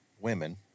women